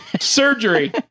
surgery